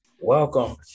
Welcome